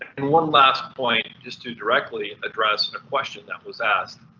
and one last point just to directly address and a question that was asked.